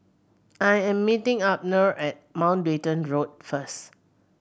I am meeting Abner at Mountbatten Road first